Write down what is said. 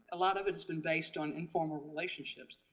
a lot of it has been based on informal relationships,